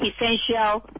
essential